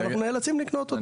ואנחנו נאלצים לקנות את הדירה.